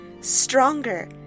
stronger